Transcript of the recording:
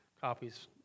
copies